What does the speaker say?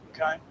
okay